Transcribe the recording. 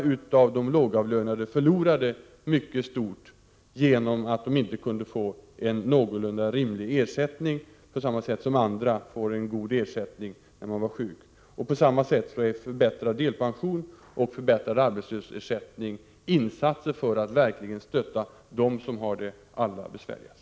Många av de lågavlönade förlorade stort genom att de inte på samma sätt som andra kunde få en någorlunda rimlig ersättning när de var sjuka. På samma sätt är förbättrad delpension och förbättrad arbetslöshetsersättning insatser för att verkligen stötta dem som har det allra besvärligast.